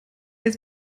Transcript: ist